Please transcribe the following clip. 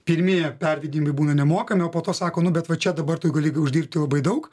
pirmieji pervedimai būna nemokami o po to sako nu bet va čia dabar tu gali uždirbti labai daug